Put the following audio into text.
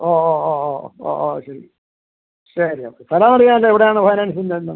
ഓ ഓ ഓ ഓ ആ ആ ശരി ശരി അപ്പോൾ സ്ഥലം അറിയാമല്ലോ എവിടെയാണ് ഫൈനാൻസിൻ്റെ എന്ന്